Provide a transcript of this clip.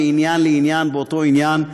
מעניין לעניין באותו עניין,